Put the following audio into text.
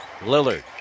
Lillard